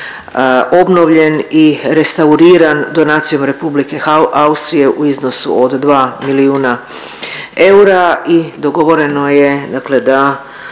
obnovljen i restauriran donacijom Republike Austrije u iznosu od 2 milijuna eura i dogovoreno je dakle da